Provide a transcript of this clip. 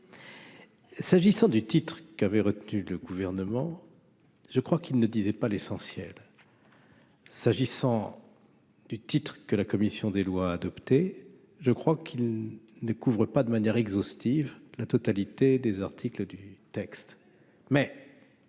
S'agissant du titre qui avait retenu le gouvernement, je crois qu'il ne disait pas l'essentiel, s'agissant du titre que la commission des lois adoptées, je crois qu'il ne couvre pas de manière exhaustive la totalité des articles du texte,